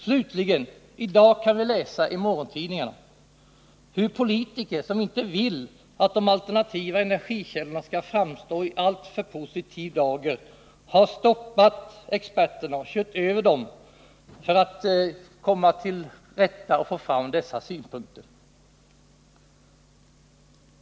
Slutligen: I dag kan vi läsa i morgontidningarna hur experterna i nämnden för energiproduktionsforskning har blivit överkörda av politiker som inte vill att de alternativa energikällorna skall framstå i alltför positiv dager.